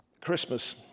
Christmas